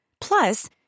Plus